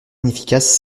inefficace